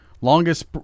longest